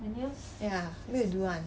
ya where you do [one]